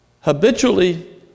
habitually